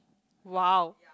!wow!